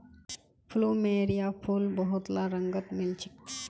plumeria फूल बहुतला रंगत मिल छेक